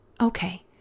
Okay